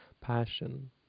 passion